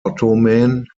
ottoman